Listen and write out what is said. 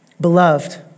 beloved